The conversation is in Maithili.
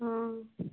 हँ